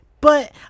But